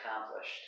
accomplished